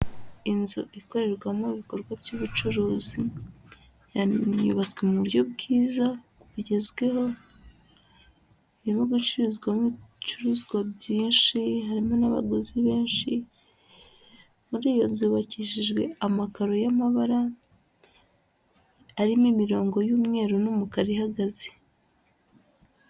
Inzu ikorerwamo ibikorwa by'ubucuruzi yubatswe mu buryo bwiza bugezweho, irimo gucuzwamo ibicuruzwa byinshi harimo n'abaguzi benshi, muri iyo nzu hubakishijwe amakaro y'amabara arimo imirongo y'umweru n'umukara ihagaze.